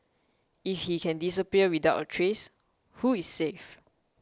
if he can disappear without a trace who is safe